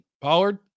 Pollard